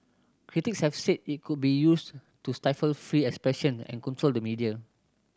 critics have said it could be used to stifle free expression and control the media